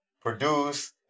produce